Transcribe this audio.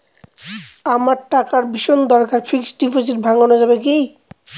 আমার টাকার ভীষণ দরকার ফিক্সট ডিপোজিট ভাঙ্গানো যাবে কি?